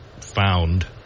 found